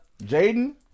Jaden